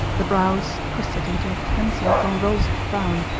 the brows, twisted into a tense and convulsed frown,